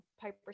Piper